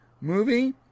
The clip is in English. movie